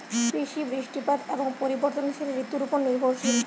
কৃষি বৃষ্টিপাত এবং পরিবর্তনশীল ঋতুর উপর নির্ভরশীল